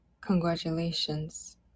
Congratulations